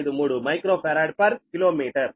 453 microfarad per kilometre